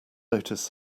noticed